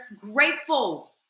grateful